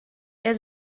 wer